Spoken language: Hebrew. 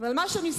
אבל מה שמסתבר,